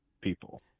people